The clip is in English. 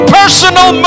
personal